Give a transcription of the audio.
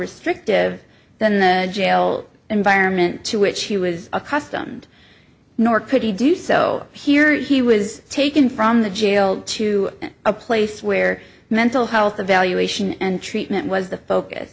restrictive than the jail environment to which he was accustomed nor could he do so here he was taken from the jail to a place where mental health evaluation and treatment was the focus